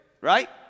right